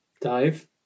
Dive